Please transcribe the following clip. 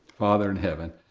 father in heaven.